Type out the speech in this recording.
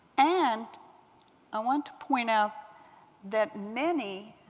and i want to point out that many,